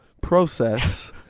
process